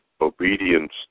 obedience